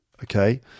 okay